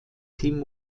tim